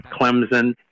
Clemson